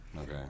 Okay